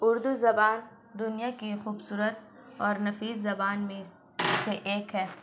اردو زبان دنیا کی خوبصورت اور نفیس زبان میں سے ایک ہے